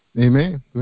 Amen